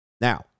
Now